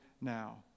now